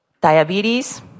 diabetes